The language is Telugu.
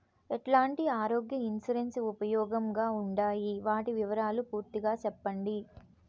ఎట్లాంటి ఆరోగ్య ఇన్సూరెన్సు ఉపయోగం గా ఉండాయి వాటి వివరాలు పూర్తిగా సెప్పండి?